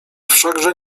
wszakże